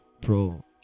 bro